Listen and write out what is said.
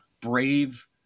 brave